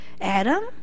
Adam